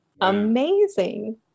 amazing